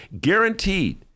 Guaranteed